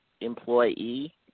employee